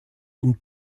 und